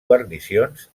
guarnicions